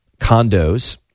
condos